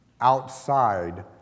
outside